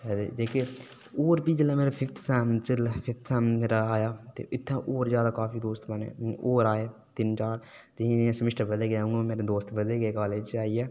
होर फ्ही जिसलै मेरा फिफथ सैम्म आया ते होर बी काफी जैदा दोस्त बने होर आए तिन्न चार ते जि'यां मेरा समिसटर बदलदा रेहा उ'आं मेरे दोस्त बधदे रेह् मेरे कालेज च